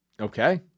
Okay